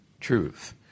truth